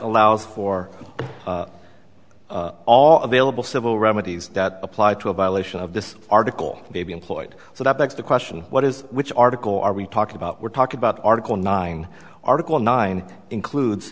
allows for all available civil remedies that apply to a violation of this article may be employed so that begs the question what is which article are we talking about we're talking about article nine article nine includes